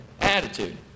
attitude